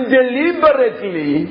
deliberately